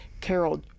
Carol